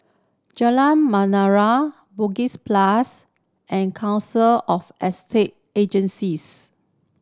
Jalan Menarong Bugis Plus and Council of Estate Agencies